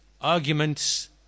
arguments